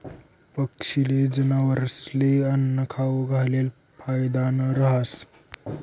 पक्षीस्ले, जनावरस्ले आन्नं खाऊ घालेल फायदानं रहास